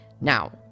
Now